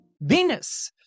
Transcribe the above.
Venus